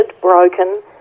broken